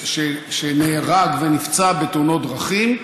נהרג ונפצע בתאונות דרכים.